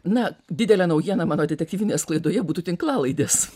na didelė naujiena mano detektyvinėje sklaidoje būtų tinklalaidės